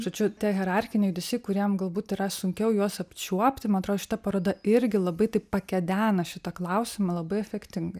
žodžiu tie hierarchiniai ryšiai kuriem galbūt yra sunkiau juos apčiuopti man atrodo šita paroda irgi labai taip pakedena šitą klausimą labai efektingai